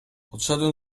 odszedłem